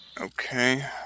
Okay